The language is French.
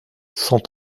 cent